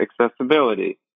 accessibility